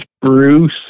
Bruce